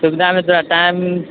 सुविधामे तोरा टाइल